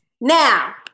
Now